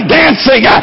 dancing